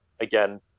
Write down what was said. again